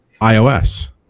iOS